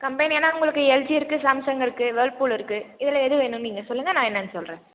company ஆனால் உங்களுக்கு LG இருக்குது சாம்சங் இருக்குது வேர்ஃபூல் இதில் எது வேணுன்னு நீங்கள் சொல்லுங்க நான் என்னென்னு சொல்கிறேன்